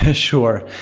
ah sure.